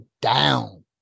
down